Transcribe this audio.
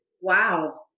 Wow